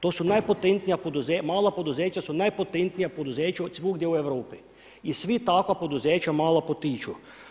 To su najpotentnija, mala poduzeća su najpotentnija poduzeća svugdje u Europi i svi takva poduzeća mala potiču.